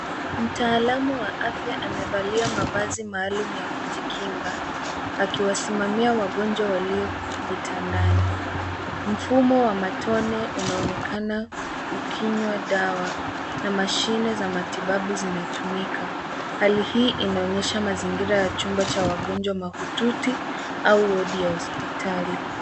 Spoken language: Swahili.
Mtaalamu was afya amevalia mavazi maalum ya kujikinga. Akiwasimamia wagonjwa walio vitandani. Mfumo wa matone unaonekana ukinywa dawa na mashine za matibabu zinatumika. Hali hii inaonyesha mazingira ya chumba cha wagonjwa mahututi au wodi ya hospitali.